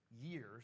years